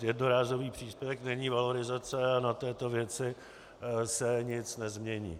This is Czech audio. Jednorázový příspěvek není valorizace a na této věci se nic nezmění.